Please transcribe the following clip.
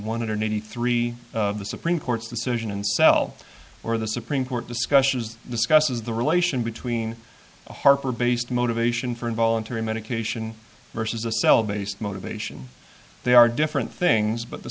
one hundred eighty three the supreme court's decision in cell or the supreme court discussions discusses the relation between a harper based motivation for involuntary medication versus a cell based motivation they are different things but the